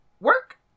work